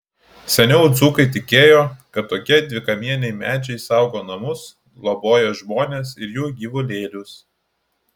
seniau dzūkai tikėjo kad tokie dvikamieniai medžiai saugo namus globoja žmones ir jų gyvulėlius